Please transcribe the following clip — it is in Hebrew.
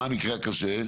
מה המקרה הקשה?